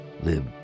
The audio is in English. live